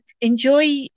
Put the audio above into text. enjoy